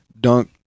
Dunk